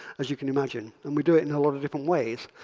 as you can imagine. and we do it in a lot of different ways,